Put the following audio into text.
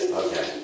okay